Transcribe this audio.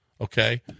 okay